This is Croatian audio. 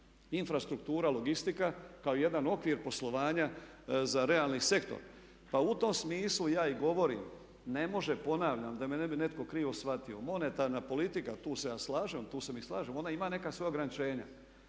infrastruktura, logistika, kao jedan okvir poslovanja za realni sektor. Pa u tom smislu ja i govorim, ne može, ponavljam da me ne bi netko krivo shvatio, monetarna politika tu se ja slažem, tu se mi slažemo ona ima neka svoja ograničenja